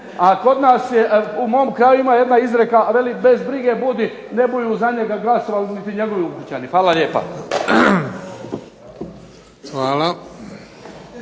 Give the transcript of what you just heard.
A kod nas je, u mom kraju ima jedna izreka veli bez brige budi, ne buju za njega glasovali niti njegovi ukućani. Hvala lijepo.